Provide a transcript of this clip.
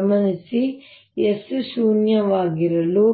ಗಮನಿಸಿ S ಶೂನ್ಯವಾಗಿರಲು